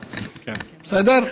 דהמש, בסדר?